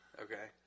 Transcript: Okay